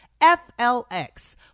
FLX